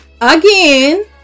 again